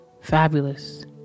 fabulous